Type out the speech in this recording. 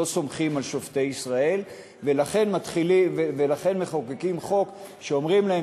לא סומכים על שופטי ישראל ולכן מחוקקים חוק שבו אומרים להם